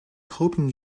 hoping